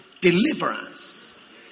deliverance